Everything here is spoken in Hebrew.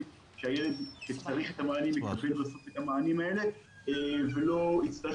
שהילד שצריך מענים יקבל בסוף את המענים האלה ולא יצטרך